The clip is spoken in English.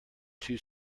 two